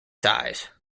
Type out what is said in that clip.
size